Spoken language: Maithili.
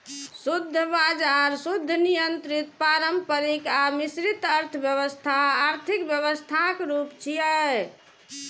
शुद्ध बाजार, शुद्ध नियंत्रित, पारंपरिक आ मिश्रित अर्थव्यवस्था आर्थिक व्यवस्थाक रूप छियै